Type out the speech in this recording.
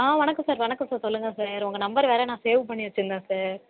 ஆ வணக்கம் சார் வணக்கம் சார் சொல்லுங்கள் சார் உங்கள் நம்பர் வேறு நான் சேவ் பண்ணி வெச்சுருந்தேன் சார்